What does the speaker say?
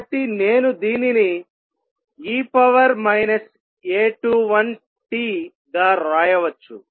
కాబట్టి నేను దీనిని e A21t గా వ్రాయవచ్చు